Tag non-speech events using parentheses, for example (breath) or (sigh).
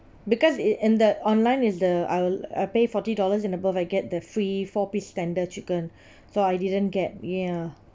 because it at the online is the I'll I pay forty dollars and above I get the free four piece tender chicken (breath) so I didn't get ya